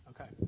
Okay